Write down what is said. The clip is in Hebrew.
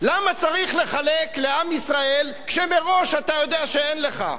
למה צריך לחלק לעם ישראל כשמראש אתה יודע שאין לך?